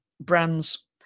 brands